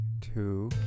two